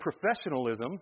professionalism